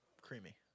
creamy